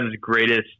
greatest